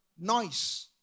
noise